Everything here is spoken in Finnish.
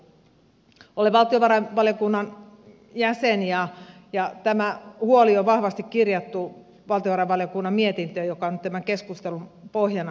olen valtiovarainvaliokunnan jäsen ja tämä huoli on vahvasti kirjattu valtiovarainvaliokunnan mietintöön joka on nyt tämän keskustelun pohjana